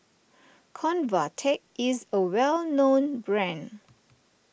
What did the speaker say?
Convatec is a well known brand